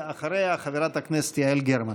אחריה, חברת הכנסת יעל גרמן.